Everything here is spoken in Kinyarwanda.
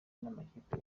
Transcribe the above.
n’amakipe